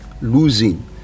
losing